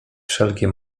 wszelkie